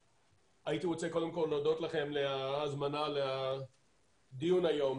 הייתי רוצה קודם כל להודות לכם על ההזמנה לדיון היום